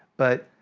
but,